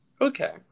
okay